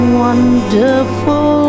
wonderful